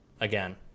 again